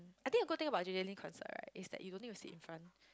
I think you go think about J_J-Lin concert right is that you no need to sit in front